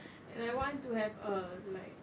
and I want to have a like